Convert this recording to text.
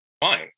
Fine